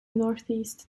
northeast